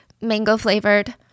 mango-flavored